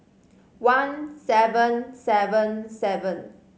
one seven seven seven